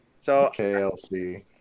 KLC